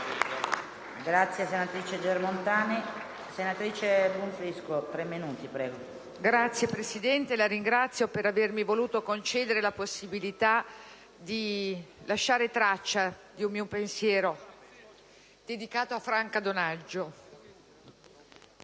Signora Presidente, la ringrazio per avermi voluto concedere la possibilità di lasciare traccia di un mio pensiero dedicato a Franca Donaggio.